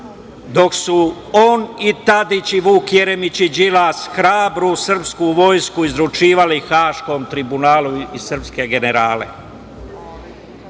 dok su on i Tadić i Vuk Jeremić i Đilas hrabru srpsku vojsku izručivali Haškom tribunalu i srpske generale. Zdravko